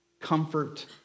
comfort